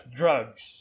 drugs